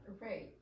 Right